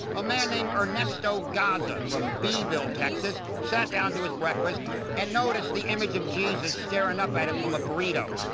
a man named ernesto garza from beeville, texas sat down to his breakfast and noticed the image of jesus staring up at him from a burrito.